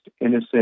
innocent